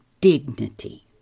dignity